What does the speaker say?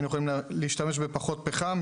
היינו יכולים להשתמש בפחות פחם,